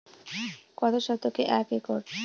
কত শতকে এক একর?